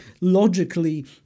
logically